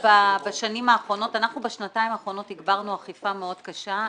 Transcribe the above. בשנתיים האחרונות הגברנו אכיפה מאוד קשה.